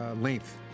length